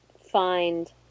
find